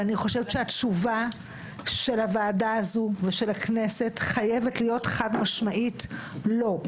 ואני חושבת שהתשובה של הוועדה הזו ושל הכנסת חייבת להיות חד-משמעית לא.